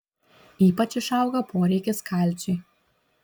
ypač išauga poreikis kalciui